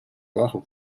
abajo